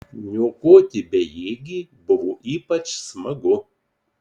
niokoti bejėgį buvo ypač smagu